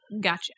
Gotcha